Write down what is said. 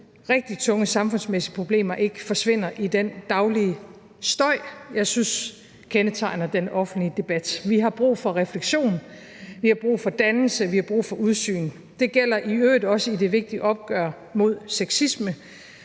rigtig tunge samfundsmæssige problemer ikke forsvinder i den daglige støj, jeg synes kendetegner den offentlige debat. Vi har brug for refleksion, vi har brug for dannelse, vi har brug for udsyn. Det gælder i øvrigt også i det vigtige opgør med sexisme.